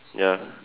ya